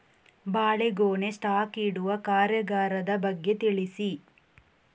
ಬಾಳೆಗೊನೆ ಸ್ಟಾಕ್ ಇಡುವ ಕಾರ್ಯಗಾರದ ಬಗ್ಗೆ ತಿಳಿಸಿ